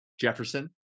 Jefferson